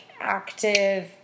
active